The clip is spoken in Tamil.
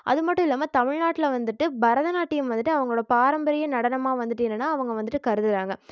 அதுமட்டும் இல்லாமல் தமிழ்நாட்டில வந்துவிட்டு பரதநாட்டியம் வந்துவிட்டு அவங்களோட பாரம்பரிய நடனமாக வந்துவிட்டு என்னென்னா அவங்க வந்துவிட்டு கருதுறாங்க